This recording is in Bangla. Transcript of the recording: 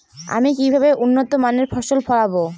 আমি কিভাবে উন্নত মানের ফসল ফলাব?